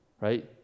right